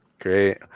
Great